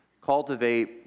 cultivate